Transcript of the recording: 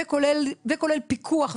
וכולל פיקוח והנגשה,